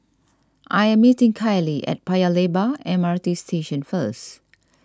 I am meeting Kiley at Paya Lebar M R T Station first